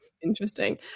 interesting